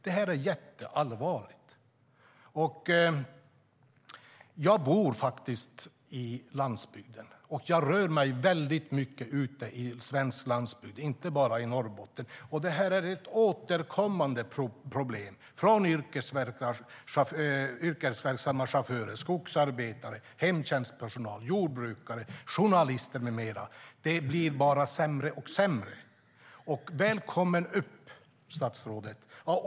Det är jätteallvarligt. Jag bor faktiskt på landsbygden, och jag rör mig väldigt mycket ute på svensk landsbygd, inte bara i Norrbotten. Det här är ett återkommande problem för yrkesverksamma chaufförer, skogsarbetare, hemtjänstpersonal, jordbrukare, journalister med mera. Det blir bara sämre och sämre. Välkommen upp, statsrådet!